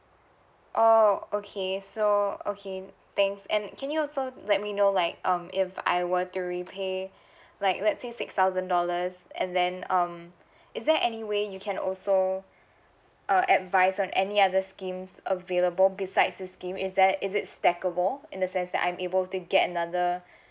oh okay so okay thanks and can you also let me know like um if I were to repay like let say six thousand dollars and then um is there any way you can also uh advise on any other schemes available besides this scheme is that is it stackable in the sense that I'm able to get another